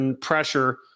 Pressure